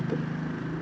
but